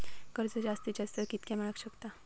कर्ज जास्तीत जास्त कितक्या मेळाक शकता?